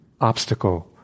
obstacle